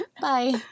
bye